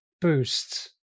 boost